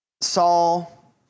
Saul